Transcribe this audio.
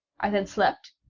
i then slept,